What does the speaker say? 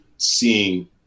seeing